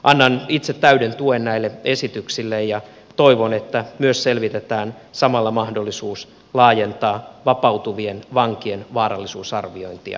annan itse täyden tuen näille esityksille ja toivon että myös selvitetään samalla mahdollisuus laajentaa vapautuvien vankien vaarallisuusarviointia tällaisiin rikollisiin